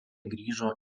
grįžo